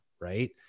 right